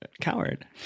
Coward